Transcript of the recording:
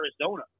Arizona